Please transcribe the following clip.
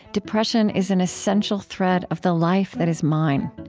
depression is an essential thread of the life that is mine.